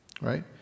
right